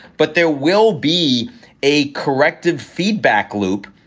but there will be a corrective feedback loop.